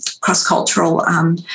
cross-cultural